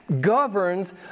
governs